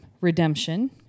redemption